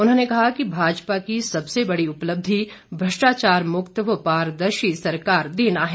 उन्होंने कहा कि भाजपा की सबसे बड़ी उपलब्धि भ्रष्टाचार मुक्त व पारदर्शी सरकार देना है